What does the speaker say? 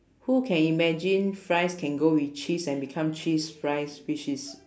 who can imagine fries can go with cheese and become cheese fries which is